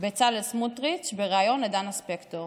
בצלאל סמוטריץ' בריאיון לדנה ספקטור: